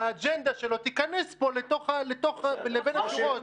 שהאג'נדה שלו תיכנס פה בין השורות.